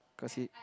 cause he